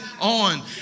on